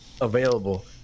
available